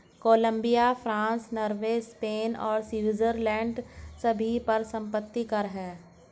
Colombia, France, Norway, Spain और Switzerland सभी पर संपत्ति कर हैं